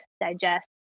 digest